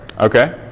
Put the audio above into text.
Okay